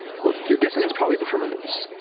well, you're guessing it's probably the firmaments,